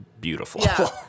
beautiful